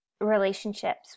relationships